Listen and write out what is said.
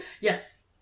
Yes